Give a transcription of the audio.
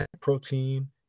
protein